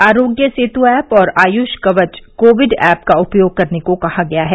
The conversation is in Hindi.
आरोग्य सेतु ऐप और आयुष कवच कोविड ऐप का उपयोग करने को कहा गया है